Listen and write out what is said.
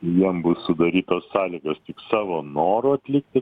jiem bus sudarytos sąlygos tik savo noru atlikti